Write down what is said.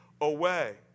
away